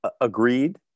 Agreed